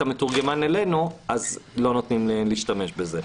המתורגמן אלינו אז לא נותנים להשתמש בזה.